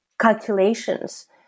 calculations